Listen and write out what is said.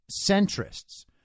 centrists